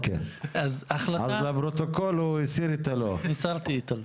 אז למרות הכל, הוא הסיר את הלא.